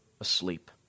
asleep